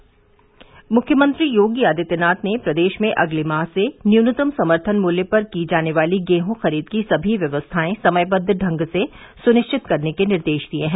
मूख्यमंत्री योगी आदित्यनाथ ने प्रदेश में अगले माह से न्यूनतम समर्थन मूल्य पर की जाने वाली गेहूं खरीद की सभी व्यवस्थाएं समयबद्ध ढंग से सुनिश्चित करने के निर्देश दिए हैं